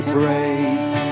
praise